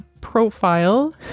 profile